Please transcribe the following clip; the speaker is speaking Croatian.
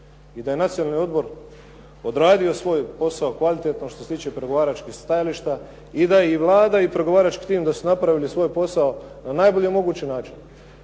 I da je Nacionalni odbor odradio svoj posao kvalitetno što se tiče pregovaračkih stajališta i da je i Vlada i pregovarački tim da su napravili svoj posao na najbolji mogući način,